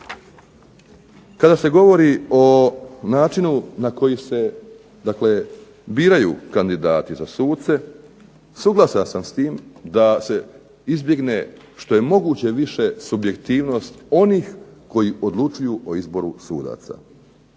kada se govori o načinu na koji se dakle biraju kandidati za suce, suglasan sam s tim da se izbjegne što je moguće više subjektivnost onih koji odlučuju o izboru sudaca.